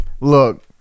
Look